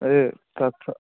ये तथा